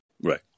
right